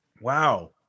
Wow